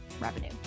revenue